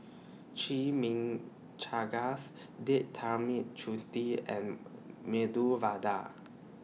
Chimichangas Date Tamarind Chutney and Medu Vada